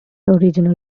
original